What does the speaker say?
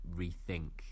rethink